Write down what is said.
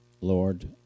Lord